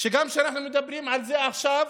שגם כשאנחנו מדברים על זה עכשיו,